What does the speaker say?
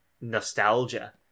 nostalgia